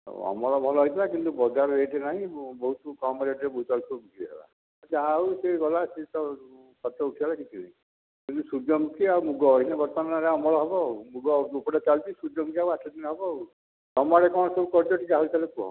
ଆଉ ଅମଳ ଭଲ ହୋଇଥିଲା କିନ୍ତୁ ବଜାର ରେଟ ନାହିଁ ବହୁତ କମ ରେଟରେ ବୋଇତିଆଳୁ ସବୁ ବିକ୍ରି ହେଲା ଯାହା ହେଉ ସେ ଗଲା ସେ'ତ ଖର୍ଚ୍ଚ ଉଠିଗଲା କିଛି ନାହିଁ କିନ୍ତୁ ସୂର୍ଯ୍ୟମୁଖୀ ଆଉ ମୁଗ ଏଇନେ ବର୍ତ୍ତମାନ ଏବେ ଅମଳ ହେବ ଆଉ ମୁଗ ଓପଡ଼ା ଚାଲିଛି ଆଉ ସୂର୍ଯ୍ୟମୁଖୀ ଆଉ ଆଠ ଦିନ ହେବ ଆଉ ତୁମ ଆଡ଼େ କ'ଣ ସବୁ କରିଛ ତା ହାଲଚାଲ କୁହ